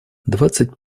двадцать